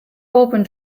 open